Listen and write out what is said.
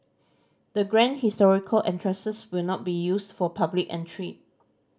the grand historical entrances will not be used for public entry